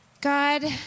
God